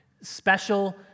special